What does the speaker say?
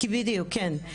כן.